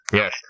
yes